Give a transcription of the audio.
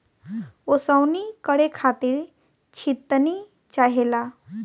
ओसवनी करे खातिर छितनी चाहेला